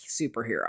superhero